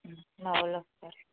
మా వాళ్ళు వస్తారు